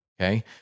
Okay